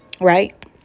Right